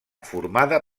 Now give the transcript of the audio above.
formada